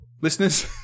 Listeners